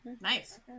nice